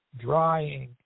drying